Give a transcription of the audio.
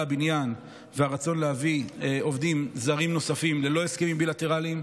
הבניין והרצון להביא עובדים זרים נוספים ללא הסכמים בילטרליים.